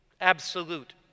absolute